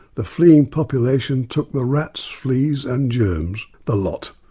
the fleeing populations took the rats, fleas and germs, the lot,